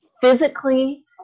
physically